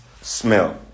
smell